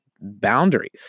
boundaries